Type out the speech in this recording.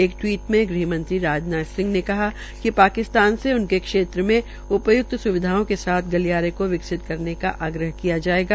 एक टिवीट में गृंहमंत्री राजनाथ सिंह ने कहा कि पाकिस्तान से उनके क्षेत्र मे उपय्क्त स्विधाओं के साथ गलियारे को विकसित करने का आग्रह किया जायेगा